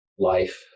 life